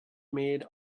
made